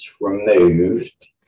removed